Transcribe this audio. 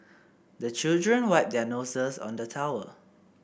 the children wipe their noses on the towel